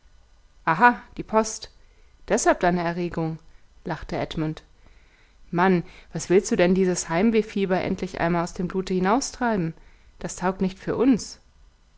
aha die post deshalb deine erregung lachte edmund mann wann willst du denn dieses heimwehfieber endlich einmal aus dem blute hinaustreiben das taugt nicht für uns